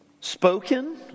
spoken